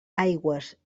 aigües